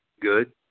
good